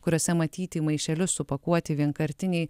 kuriose matyti į maišelius supakuoti vienkartiniai